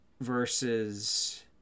versus